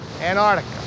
Antarctica